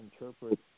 interpret